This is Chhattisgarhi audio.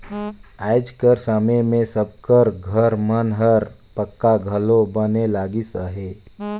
आएज कर समे मे सब कर घर मन हर पक्का घलो बने लगिस अहे